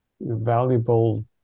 valuable